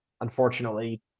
Unfortunately